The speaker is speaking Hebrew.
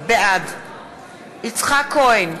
בעד יצחק כהן,